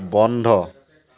বন্ধ